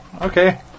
Okay